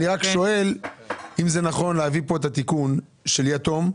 אני רק שואל אם זה נכון להביא פה את התיקון של יתום,